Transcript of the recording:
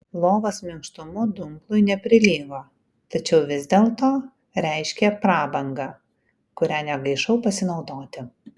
lovos minkštumu dumblui neprilygo tačiau vis dėlto reiškė prabangą kuria negaišau pasinaudoti